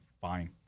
fine